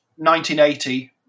1980